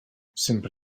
sempre